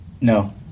No